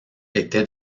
était